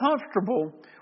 comfortable